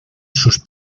sus